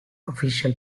official